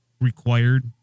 required